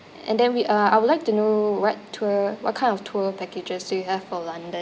and then we uh I would like to know what tour what kind of tour packages do you have for london